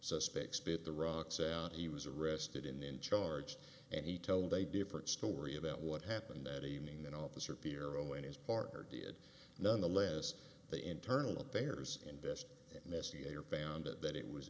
suspects spit the rocks out he was arrested in the in charge and he told a different story about what happened that evening that officer pirro and his partner did nonetheless the internal affairs invest in mr gator found it that it was